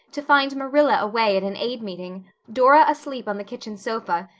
to find marilla away at an aid meeting, dora asleep on the kitchen sofa,